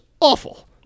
awful